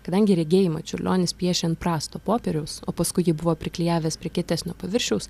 kadangi regėjimą čiurlionis piešė ant prasto popieriaus o paskui jį buvo priklijavęs prie kietesnio paviršiaus